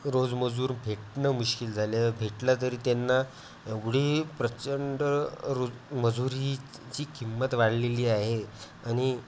रोज मजूर भेटणं मुश्किल झालं भेटला तरी त्यांना एवढी प्रचंड रोज मजूरी ची किंमत वाढलेली आहे आणि